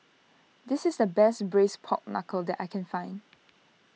this is the best Braised Pork Knuckle that I can find